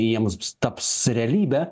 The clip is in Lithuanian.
jiems taps realybe